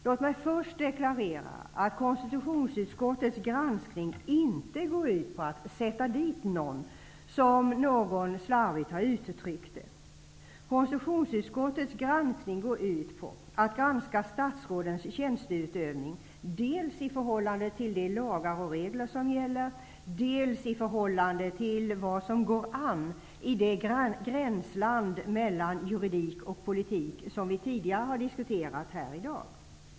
Låt mig först deklarera att konstitutionsutskottets granskning inte går ut på att ''sätta dit'' någon, som någon slarvigt har uttryckt det. Konstitutionsutskottets granskning går ut på att granska statsrådens tjänsteutövning dels i förhållande till de lagar och regler som gäller, dels i förhållande till vad som går an i det gränsland mellan juridik och politik som vi tidigare har diskuterat här i dag.